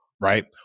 right